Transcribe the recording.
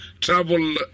Travel